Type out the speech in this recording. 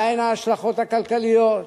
מהן ההשלכות הכלכליות,